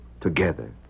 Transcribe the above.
Together